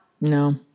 No